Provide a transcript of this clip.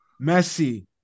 Messi